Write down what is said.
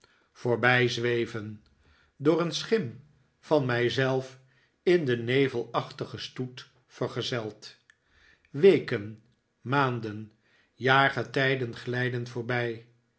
zweven door een schim van mij zelf in den nevelachtigen stoet vergezeld weken maanden jaargetijden glijden voorbij